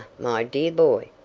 my dear boy,